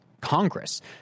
Congress